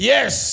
Yes